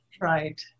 Right